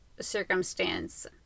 circumstance